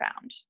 found